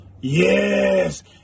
Yes